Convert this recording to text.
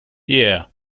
yeah